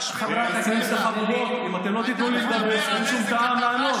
אם אתם לא תיתנו לי לדבר, אין שום טעם לענות.